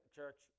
church